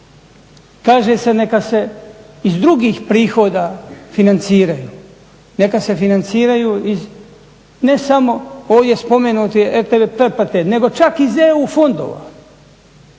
Kaže se neka se iz drugih prihoda financiraju, neka se financiraju iz ne samo ovdje spomenute RTV pretplate nego čak iz EU fondova.